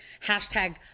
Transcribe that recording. hashtag